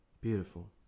Beautiful